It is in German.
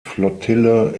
flottille